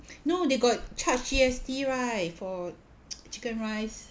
no they got charged G_S_T right for chicken rice